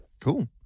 Cool